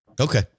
Okay